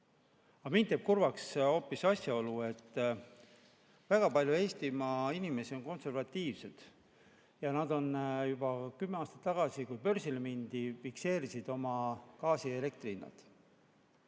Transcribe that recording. mind teeb kurvaks hoopis asjaolu, et väga paljud Eestimaa inimesed on konservatiivsed. Nad juba kümme aastat tagasi, kui börsile mindi, fikseerisid gaasi ja elektri hinna.